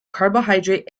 carbohydrate